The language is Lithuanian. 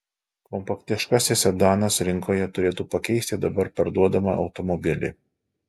kompaktiškasis sedanas rinkoje turėtų pakeisti dabar parduodamą automobilį